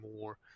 more